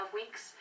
weeks